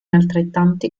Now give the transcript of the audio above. altrettante